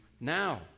now